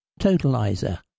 Totalizer